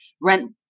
Rent